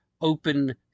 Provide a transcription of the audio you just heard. open